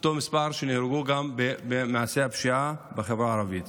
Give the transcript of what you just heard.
אותו מספר של הרוגים ממעשי פשיעה בחברה הערבית.